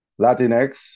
latinx